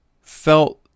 felt